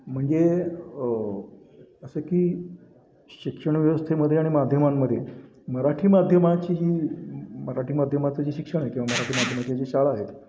म्हणजे असं की शिक्षण व्यवस्थेमध्ये आणि माध्यमांमध्ये मराठी माध्यमाची जी मराठी माध्यमाचं जे शिक्षण आहे किंवा मराठी माध्यमाचे जे शाळा आहेत